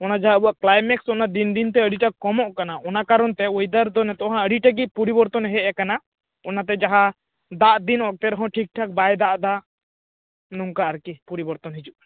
ᱚᱱᱟ ᱡᱟᱦᱟᱸ ᱟᱵᱚᱣᱟᱜ ᱠᱞᱟᱭᱢᱮᱠᱥ ᱫᱤᱱ ᱫᱤᱱ ᱛᱮ ᱟᱹᱰᱤ ᱴᱟᱜ ᱠᱚᱢᱚᱜ ᱠᱟᱱᱟ ᱚᱱᱟ ᱠᱟᱨᱚᱱ ᱛᱮ ᱚᱭᱮᱫᱟᱨ ᱫᱚ ᱱᱤᱛᱳᱜ ᱟᱹᱰᱤ ᱴᱟᱜ ᱜᱮ ᱯᱚᱨᱤᱵᱚᱨᱛᱚᱱ ᱦᱮᱡᱽ ᱟᱠᱟᱱᱟ ᱚᱱᱟ ᱛᱮ ᱡᱟᱦᱟᱸ ᱫᱟᱜ ᱫᱤᱱ ᱚᱠᱛᱮ ᱨᱮᱦᱚᱸ ᱴᱷᱤᱠ ᱴᱷᱟᱠ ᱵᱟᱭ ᱫᱟᱜ ᱮᱫᱟ ᱱᱚᱝᱠᱟ ᱟᱨᱠᱤ ᱯᱚᱨᱤᱵᱚᱨᱛᱚᱱ ᱦᱤᱡᱩᱜ ᱠᱟᱱᱟ